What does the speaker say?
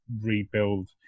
rebuild